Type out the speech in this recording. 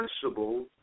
principle